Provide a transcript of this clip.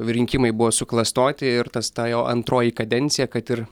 rinkimai buvo suklastoti ir tas ta jo antroji kadencija kad ir